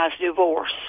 divorce